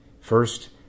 First